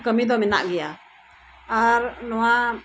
ᱠᱟᱹᱢᱤᱫᱚ ᱢᱮᱱᱟᱜ ᱜᱮᱭᱟ ᱟᱨ ᱱᱚᱣᱟ